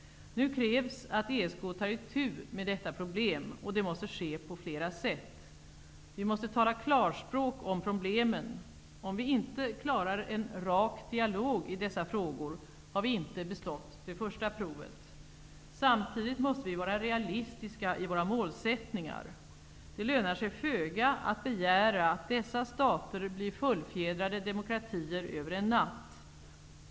Nu krävs att ESK tar itu med detta problem. Det måste ske på flera sätt. -- Vi måste tala klarspråk om problemen. Om vi inte klarar en rak dialog i dessa frågor har vi inte bestått det första provet. -- Samtidigt måste vi vara realistiska i våra målsättningar. Det lönar sig föga att begära att dessa stater blir fullfjädrade demokratier över en natt.